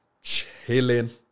chilling